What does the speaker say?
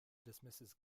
dismisses